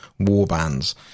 warbands